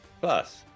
Plus